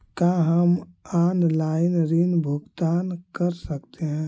का हम आनलाइन ऋण भुगतान कर सकते हैं?